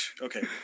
okay